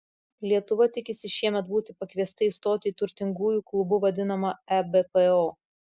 lietuva tikisi šiemet būti pakviesta įstoti į turtingųjų klubu vadinamą ebpo